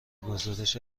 گزارش